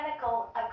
chemical